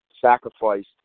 sacrificed